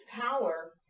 power